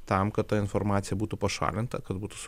tam kad ta informacija būtų pašalinta kad būtų s